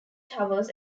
towers